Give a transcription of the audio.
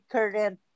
Current